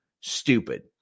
Stupid